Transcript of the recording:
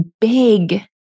big